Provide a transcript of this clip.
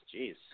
jeez